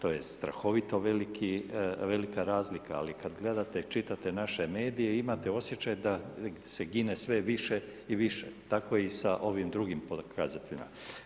To je strahoviti velika razlika ali kad gledate, čitate naše medije, imate osjećaj da se gine sve više i više, tako i sa ovim drugim pokazateljima.